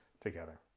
together